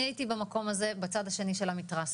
אני הייתי במקום הזה בצד השני של המתרס,